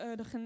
de